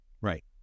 Right